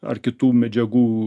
ar kitų medžiagų